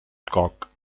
cock